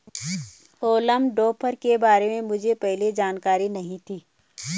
हॉल्म topper के बारे में मुझे पहले जानकारी नहीं थी